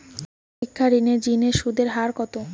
একটা শিক্ষা ঋণের জিনে সুদের হার কত?